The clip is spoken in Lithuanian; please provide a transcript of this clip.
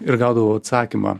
ir gaudavau atsakymą